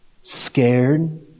scared